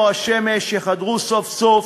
והנחקר או החשוד טוען שההודאה נגבתה בדרכים פסולות,